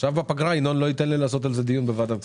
עכשיו בפגרה ינון לא ייתן לי לעשות על זה דיון בוועדת כספים.